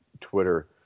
Twitter